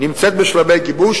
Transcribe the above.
נמצאת בשלבי גיבוש.